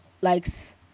likes